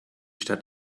stadt